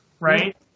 right